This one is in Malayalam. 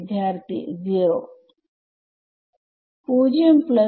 വിദ്യാർത്ഥി 0 0